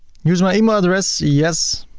use my email address? yes.